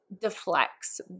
deflects